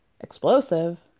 explosive